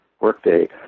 workday